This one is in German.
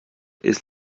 ist